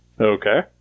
Okay